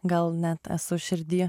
gal net esu širdy